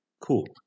Cool